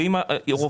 ואם אתה רופא,